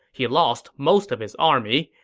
he lost most of his army,